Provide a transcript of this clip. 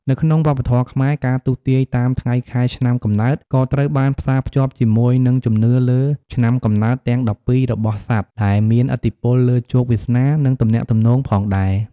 នៅក្នុងវប្បធម៌ខ្មែរ ការទស្សន៍ទាយតាមថ្ងៃខែឆ្នាំកំណើតក៏ត្រូវបានផ្សារភ្ជាប់ជាមួយនឹងជំនឿលើ ឆ្នាំកំណើតទាំង ១២ របស់សត្វ ដែលមានឥទ្ធិពលលើជោគវាសនា និងទំនាក់ទំនងផងដែរ។